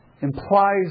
Implies